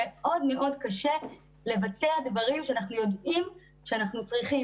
מאוד מאוד קשה לבצע דברים שאנחנו יודעים שאנחנו צריכים.